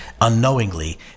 unknowingly